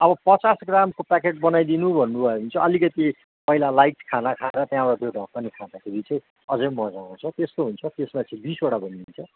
अब पचास ग्रामको प्याकेट बनाइदिनु भन्नुभयो भने चाहिँ अलिकति पहिला लाइट खाना खाएर त्यहाँबाट त्यो ढकने खाँदाखेरि चाहिँ अझै मजा आउँछ त्यस्तो हुन्छ त्यसमा चाहिँ बिसवटा बनिन्छ